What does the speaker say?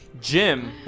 Jim